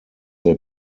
they